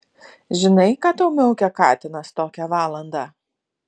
žinai ką tau miaukia katinas tokią valandą